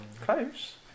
Close